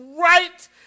right